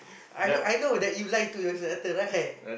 I I know that you lied to your instructor right